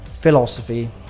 philosophy